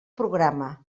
programa